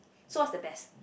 so what's the best